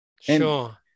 Sure